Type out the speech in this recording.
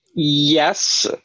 yes